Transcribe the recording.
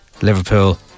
Liverpool